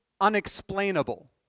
unexplainable